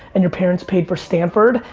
and your parents paid for stanford,